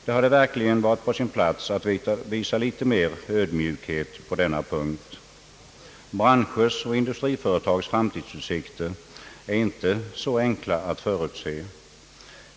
Det hade verkligen varit på sin plats att visa litet mer ödmjukhet på denna punkt. Branschers och industriföretags framtidsutsikter är inte så enkla att förutse.